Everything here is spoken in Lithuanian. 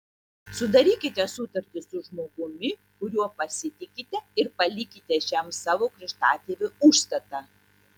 sudarykite sutartį su žmogumi kuriuo pasitikite ir palikite šiam savo krikštatėviui užstatą